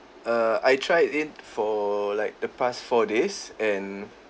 err I tried it for like the past four days and